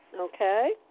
Okay